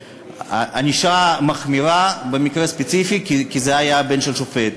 ענישה מחמירה במקרה ספציפי כי זה היה בן של שופט.